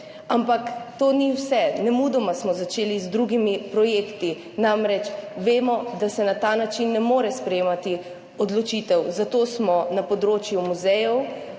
Ampak to ni vse, nemudoma smo začeli z drugimi projekti, namreč vemo, da se na ta način ne more sprejemati odločitev, zato smo na področju muzejev